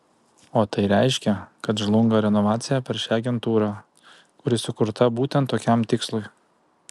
o tai reiškia kad žlunga renovacija per šią agentūrą kuri sukurta būtent tokiam tikslui